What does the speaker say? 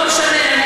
לא משנה.